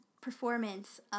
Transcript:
performance